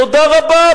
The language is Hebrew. תודה רבה,